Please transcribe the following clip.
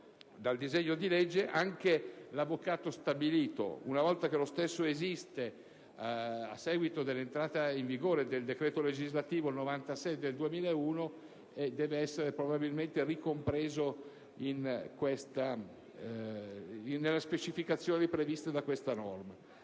del disegno di legge anche l'avvocato stabilito. Una volta che lo stesso esiste, a seguito dell'entrata in vigore del decreto legislativo 2 febbraio 2001, n. 96, deve essere ricompreso nelle specificazioni previste da questa norma.